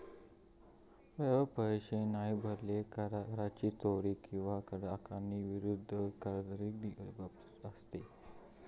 वेळेवर पैशे नाय भरले, कराची चोरी किंवा कर आकारणीक विरोध हे कायद्याद्वारे अपराध असत